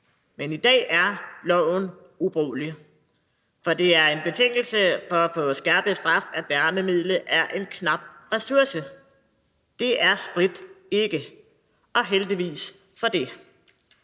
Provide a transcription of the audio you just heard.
Men i dag er loven ubrugelig, for det er en betingelse for at få skærpet straf, at værnemidlet er en knap ressource. Det er sprit ikke og heldigvis for det.